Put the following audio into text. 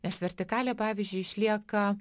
nes vertikalė pavyzdžiui išlieka